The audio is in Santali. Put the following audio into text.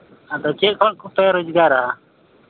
ᱟᱫᱚ ᱪᱮᱫ ᱠᱚ ᱠᱷᱚᱽᱡ ᱯᱮ ᱨᱳᱡᱽᱜᱟᱨᱟ